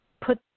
put